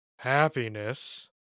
happiness